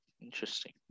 interesting